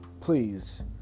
please